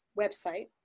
website